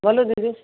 बोलु दीदी